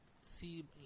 see